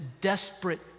desperate